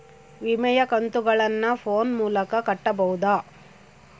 ವಿಮೆಯ ಕಂತುಗಳನ್ನ ಫೋನ್ ಮೂಲಕ ಕಟ್ಟಬಹುದಾ?